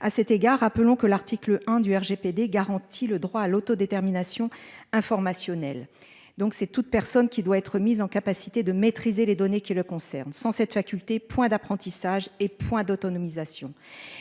à cet égard. Rappelons que l'article 1 du RGPD garantit le droit à l'autodétermination informationnelle. Donc c'est toute personne qui doit être mise en capacité de maîtriser les données qui le concerne 100 cette faculté point d'apprentissage et point d'autonomisation.